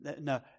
No